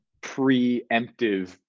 pre-emptive